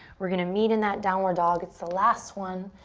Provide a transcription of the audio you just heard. we're gonna meet in that downward dog. it's the last one,